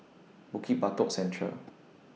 Bukit Batok Central